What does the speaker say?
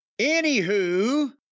Anywho